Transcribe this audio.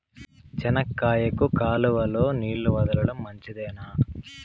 చెనక్కాయకు కాలువలో నీళ్లు వదలడం మంచిదేనా?